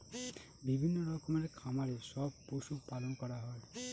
বিভিন্ন রকমের খামারে সব পশু পালন করা হয়